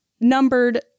numbered